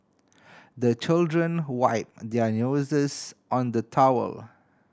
the children wipe their noses on the towel